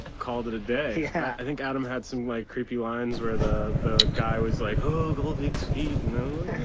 ah called it a day. yeah, i think adam had some like creepy lines where the the guy was like, oh the legs feet